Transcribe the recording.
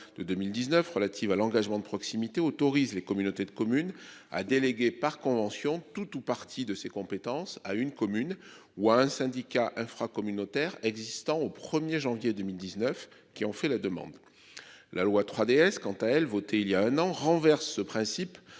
de 2019 relatives à l'engagement de proximité autorise les communautés de communes. Ah déléguée par convention tout ou partie de ses compétences à une commune ou à un syndicat infra-communautaire existant au 1er janvier 2019, qui ont fait la demande. La loi 3DS quant à elle, voté il y a un an renverse ce principe